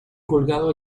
colgado